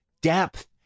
depth